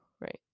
Right